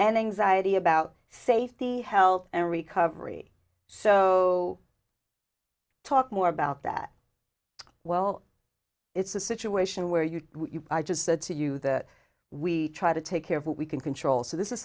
anxiety about safety health and recovery so talk more about that well it's a situation where you i just said to you that we try to take care of what we can control so this is